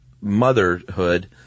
motherhood